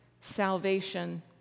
salvation